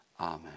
Amen